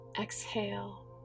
Exhale